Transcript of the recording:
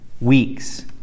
weeks